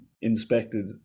inspected